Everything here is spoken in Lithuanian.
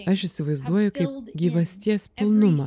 aš įsivaizduoju kaip gyvasties pilnumą